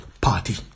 party